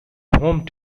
home